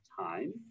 time